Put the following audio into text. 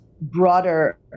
broader